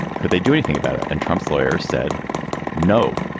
could they do anything about it. and trump's lawyer said no.